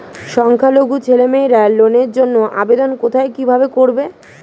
সংখ্যালঘু ছেলেমেয়েরা লোনের জন্য আবেদন কোথায় কিভাবে করবে?